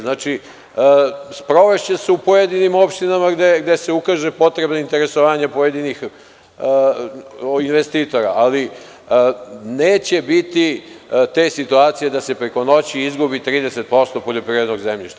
Znači, sprovešće se u pojedinim opštinama gde se ukaže potrebno interesovanje pojedinih investitora, ali neće biti te situacije da se preko noći izgubi 30% poljoprivrednog zemljišta.